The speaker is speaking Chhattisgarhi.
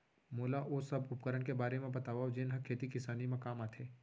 मोला ओ सब उपकरण के बारे म बतावव जेन ह खेती किसानी म काम आथे?